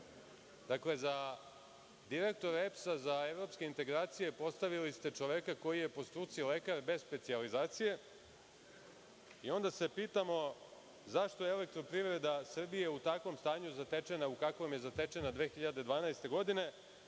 direktora EPS-a za evropske integracije postavili ste čoveka koji je po struci lekar bez specijalizacije, i onda se pitamo zašto je „Elektroprivreda Srbije“ u takvom stanju zatečena u kakvom je zatečena 2012. godine,